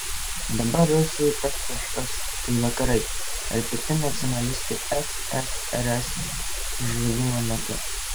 dabar rusijai tas kažkas tai vakarai ar pikti nacionalistai ssrs žlugimo metu